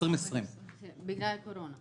בשנת 2020 בגלל הקורונה.